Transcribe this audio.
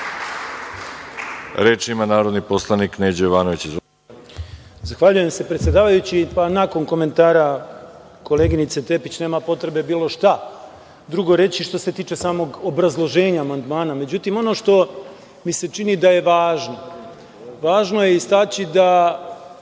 ima narodni poslanik Neđo Jovanović.